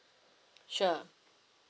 sure